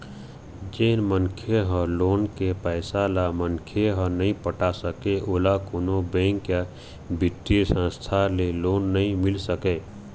जेन मनखे ह लोन के पइसा ल मनखे ह नइ पटा सकय ओला कोनो बेंक या बित्तीय संस्था ले लोन नइ मिल सकय